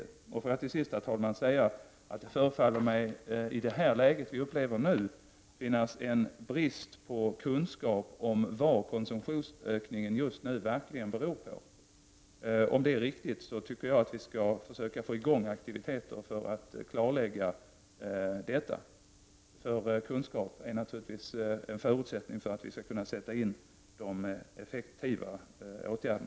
Till sist vill jag, herr talman, säga att i det läge som vi nu upplever förefaller det finnas en brist på kunskap om vad konsumtionsökningen verkligen beror på. Om det är riktigt tycker jag att vi skall kartlägga detta, för kunskap är naturligtvis en förutsättning för att vi skall kunna sätta in effektiva åtgärder.